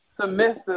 submissive